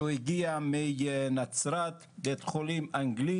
שהוא הגיע מבית החולים האנגלי